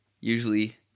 usually